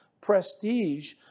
prestige